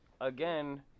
again